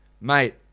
Mate